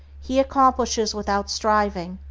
he accomplishes without striving,